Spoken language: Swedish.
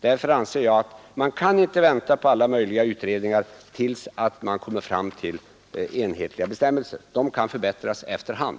Därför anser jag att man inte kan vänta till alla möjliga utredningar kommer fram till enhetliga bestämmelser. Bestäm melserna kan förbättras efter hand.